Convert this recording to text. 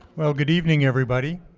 well, good evening, everybody.